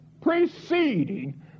preceding